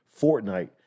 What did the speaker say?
Fortnite